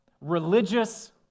religious